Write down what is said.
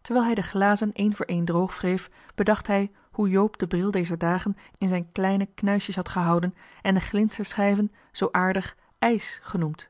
terwijl hij de glazen een voor een droogwreef bedacht hij hoe joop den bril dezer dagen in zijn kleine knuistjes had gehouden en deze glinsterschijven zoo aardig ijs genoemd